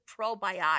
probiotic